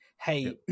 hey